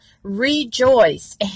rejoice